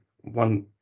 one